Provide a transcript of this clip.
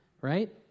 right